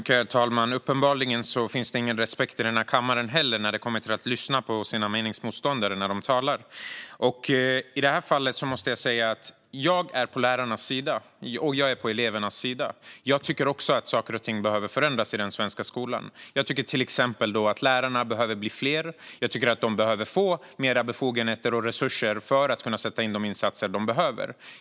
Herr talman! Uppenbarligen finns det ingen respekt i den här kammaren heller när det gäller att lyssna på sina meningsmotståndare när de talar. I det här fallet måste jag säga att jag är på lärarnas sida, och jag är på elevernas sida. Jag tycker också att saker och ting behöver förändras i den svenska skolan. Jag tycker till exempel att lärarna behöver bli fler, och jag tycker att de behöver få mer befogenheter och resurser för att kunna göra de insatser som behövs.